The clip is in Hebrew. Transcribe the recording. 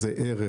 זה ערך,